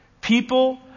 people